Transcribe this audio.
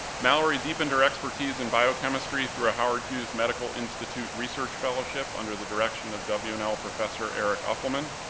mallory deepened her expertise in biochemistry through a howard hughes medical institute research fellowhip under the direction of w and l professor erich uffelman,